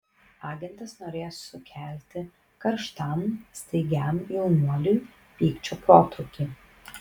agentas norėjo sukelti karštam staigiam jaunuoliui pykčio protrūkį